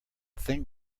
thing